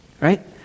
Right